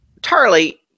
tarly